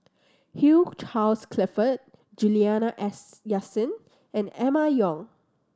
Hugh Charles Clifford Juliana as Yasin and Emma Yong